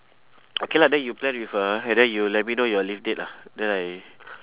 okay lah then you plan with her and then you let me know your leave date lah then I